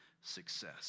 success